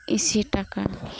ᱤᱥᱤ ᱴᱟᱠᱟ